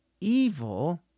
evil